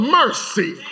mercy